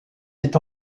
est